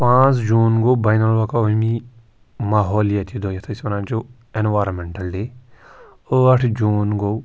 پانٛژھ جوٗن گوٚو بین العقوامی ماحولیٲتی دۄہ یَتھ أسۍ وَنان چھِ اٮ۪نوارَمٮ۪نٹَل ڈے ٲٹھ جوٗن گوٚو